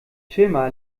firma